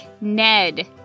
Ned